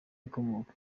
ikomoka